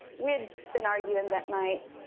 we'd been arguing that night